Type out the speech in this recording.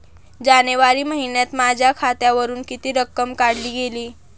जानेवारी महिन्यात माझ्या खात्यावरुन किती रक्कम काढली गेली?